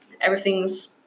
everything's